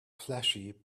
flashy